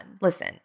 Listen